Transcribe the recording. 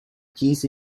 keys